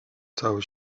cały